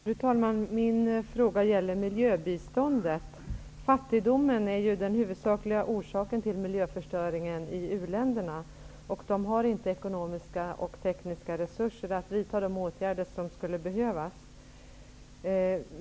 Fru talman! Min fråga gäller miljöbiståndet. Fattigdomen är ju den huvudsakliga orsaken till miljöförstöringen i u-länderna. De har inte ekonomiska och tekniska resurser att vidta de åtgärder som skulle behövas.